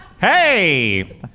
Hey